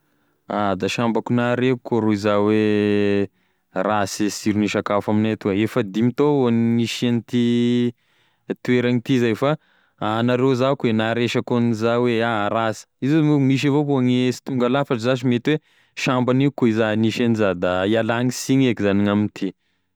Ah da sambako nahare koa rô iza hoe rasy e sirone sakafognay etoa, efa dimy tao avao e gn'isian'ity toerany ity zay, fa anareo za koa e naharesako an'izao hoe aha rasy, izy io moa misy avao koa gne sy tonga lafatry zash mety hoe sambagny eky za nisy anza fa ialagny signy eky gn'amty.